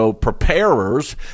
preparers